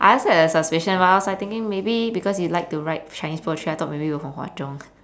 I also had a suspicion but I was like thinking maybe because you liked to write chinese poetry I thought maybe you were from hwa chong